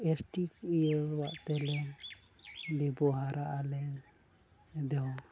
S T ᱤᱭᱟᱹ ᱟᱜ ᱛᱮᱞᱮ ᱵᱮᱵᱚᱦᱟᱨᱟ ᱟᱞᱮ ᱫᱚ